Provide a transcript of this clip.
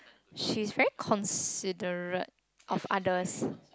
she's very considerate of others